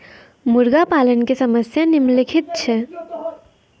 मुर्गा पालन के समस्या निम्नलिखित छै